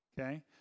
okay